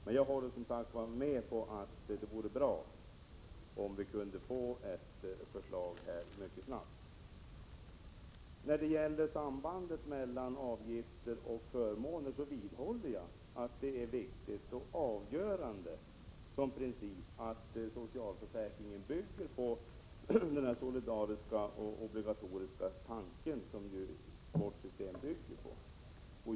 Men jag håller som sagt med om att det vore bra om vi kunde få ett förslag snabbt. När det gäller sambandet mellan avgifter och förmåner vidhåller jag att det är en viktig och avgörande princip att socialförsäkringen bygger på den solidariska och obligatoriska tanken.